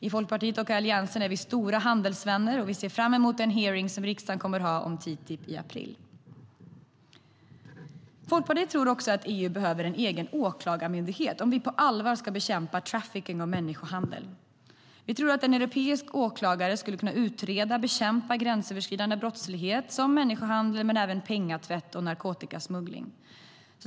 I Folkpartiet och Alliansen är vi stora handelsvänner, och vi ser fram emot den hearing som riksdagen kommer att ha om TTIP i april. Folkpartiet tror att EU behöver en egen åklagarmyndighet om vi på allvar ska bekämpa trafficking och människohandel. Vi tror att en europeisk åklagare skulle kunna utreda och bekämpa gränsöverskridande brottslighet, såsom människohandel men även penningtvätt och narkotikasmuggling.